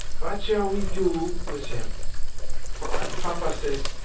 vat shall we do wis him ant papa sayt,